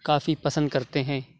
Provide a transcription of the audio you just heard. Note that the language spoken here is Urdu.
کافی پسند کرتے ہیں